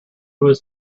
was